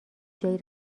جایی